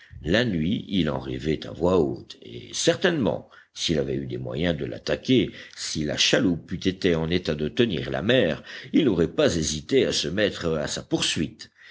la nuit il en rêvait à voix haute et certainement s'il avait eu des moyens de l'attaquer si la chaloupe eût été en état de tenir la mer il n'aurait pas hésité à se mettre à sa poursuite